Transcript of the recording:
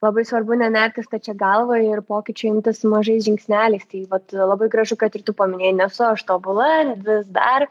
labai svarbu nenerti stačia galva ir pokyčių imtis mažais žingsneliais tai vat labai gražu kad ir tu paminėjai nesu aš tobula vis dar